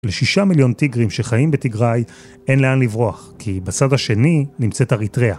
לשישה מיליון טיגרים שחיים בטגריי אין לאן לברוח, כי בצד השני נמצאת אריתריה.